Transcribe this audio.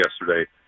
yesterday